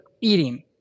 eating